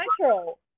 natural